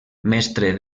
mestre